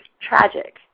tragic